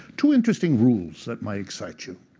two interesting rules that might excite you.